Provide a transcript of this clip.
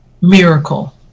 miracle